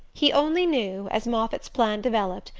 he only knew, as moffatt's plan developed,